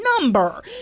number